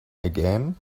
again